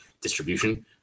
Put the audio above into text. distribution